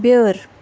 بیٲر